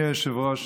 אדוני היושב-ראש,